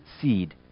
seed